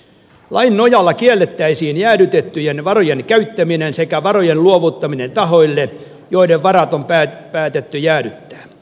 lain nojalla kiellettäisiin jäädytettyjen varojen käyttäminen sekä varojen luovuttaminen tahoille joiden varat on päätetty jäädyttää